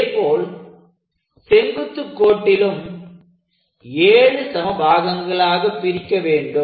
அதேபோல் செங்குத்துக் கோட்டிலும் 7 சம பாகங்களாகப் பிரிக்க வேண்டும்